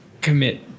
commit